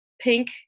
pink